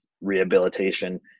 rehabilitation